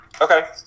Okay